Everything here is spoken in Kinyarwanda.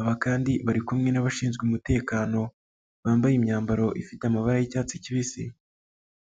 .Aba kandi bari kumwe n'abashinzwe umutekano, bambaye imyambaro ifite amabara y'icyatsi kibisi.